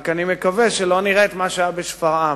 אני מקווה שלא נראה את מה שהיה בשפרעם,